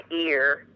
ear